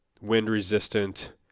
wind-resistant